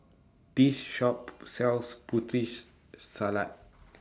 This Shop sells Putri She Salad